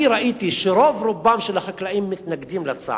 אני ראיתי שרוב רובם של החקלאים מתנגדים לצעד.